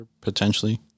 potentially